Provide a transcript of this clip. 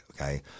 okay